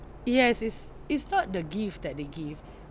yes is is not the gift that they give